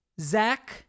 Zach